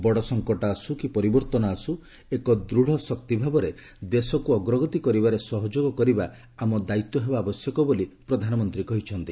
ବଡ଼ ସଙ୍କଟ ଆସୁ କି ପରିବର୍ତ୍ତନ ଆସୁ ଏକ ଦୂଢ ଶକ୍ତି ଭାବରେ ଦେଶକୁ ଅଗ୍ରଗତି କରିବାରେ ସହଯୋଗ କରିବା ଆମ ଦାୟିତ୍ୱ ହେବା ଆବଶ୍ୟକ ବୋଲି ପ୍ରଧାନମନ୍ତ୍ରୀ କହିଛନ୍ତି